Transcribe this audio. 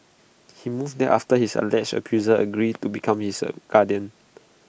he moved there after his alleged abuser agreed to become his guardian